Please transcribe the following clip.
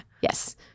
Yes